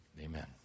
Amen